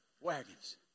wagons